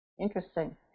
interesting